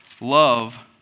love